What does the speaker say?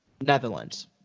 Netherlands